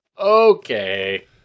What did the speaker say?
okay